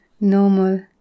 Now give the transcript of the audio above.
normal